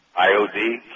iod